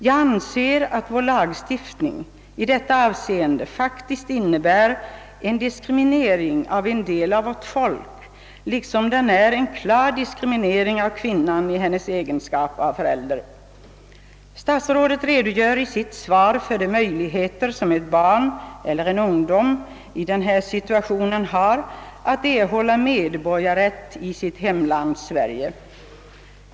Jag anser att vår lagstiftning i detta avseende faktiskt innebär en diskriminering av en del av vårt folk liksom den är en klar diskriminering av kvinnan i hennes egenskap av förälder. Statsrådet redogör i sitt svar för de möjligheter som barn och ungdomar i denna situation har att erhålla medborgarrätt i sitt hemland Sverige.